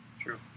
True